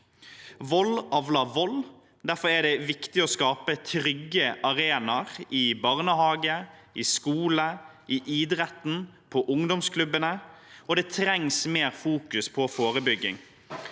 Vold avler vold, og derfor er det viktig å skape trygge arenaer i barnehage, i skole, i idretten og på ungdomsklubbene, og det må fokuseres mer på forebygging.